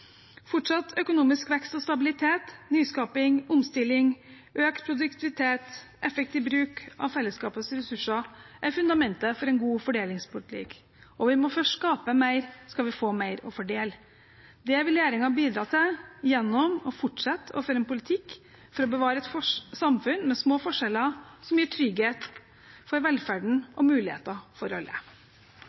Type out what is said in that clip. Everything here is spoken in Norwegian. Fortsatt økonomisk vekst og stabilitet, nyskaping, omstilling, økt produktivitet og effektiv bruk av fellesskapets ressurser er fundamentet for en god fordelingspolitikk. Vi må først skape mer, skal vi få mer å fordele. Det vil regjeringen bidra til gjennom å fortsette å føre en politikk for å bevare et samfunn med små forskjeller, som gir trygghet for velferden og muligheter for alle.